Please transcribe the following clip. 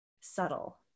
subtle